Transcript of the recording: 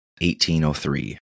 1803